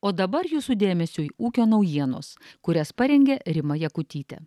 o dabar jūsų dėmesiui ūkio naujienos kurias parengė rima jakutytė